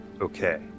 Okay